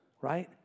right